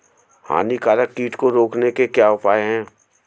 हानिकारक कीट को रोकने के क्या उपाय हैं?